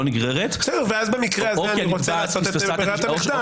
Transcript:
נגררת -- ואז במקרה הזה אני רוצה לעשות את זה כברירת מחדל.